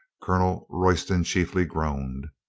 colonel royston chiefly groaned.